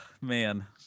man